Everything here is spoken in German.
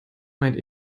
meint